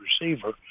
receiver